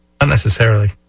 unnecessarily